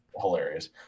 hilarious